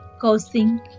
causing